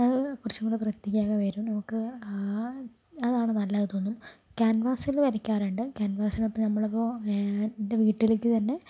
അത് കുറച്ചും കൂടെ വൃത്തിക്കൊക്കെ വരും നമുക്ക് അതാണ് നല്ലതെന്ന് തോന്നും ക്യാൻവാസില് വരക്കാറുണ്ട് ക്യാൻവാസിനകത്ത് നമ്മളിപ്പോൾ എൻ്റെ വീട്ടിലേക്ക് തന്നെ